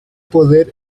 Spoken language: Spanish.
poder